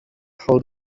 hold